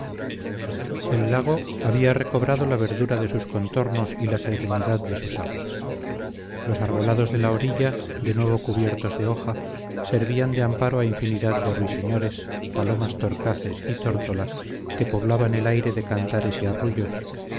el lago había recobrado la verdura de sus contornos y la serenidad de sus aguas los arbolados de la orilla de nuevo cubiertos de hoja servían de amparo a infinidad de ruiseñores palomas torcaces y tórtolas que poblaban el aire de cantares y arrullos